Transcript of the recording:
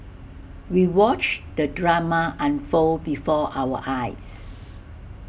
we watched the drama unfold before our eyes